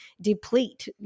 deplete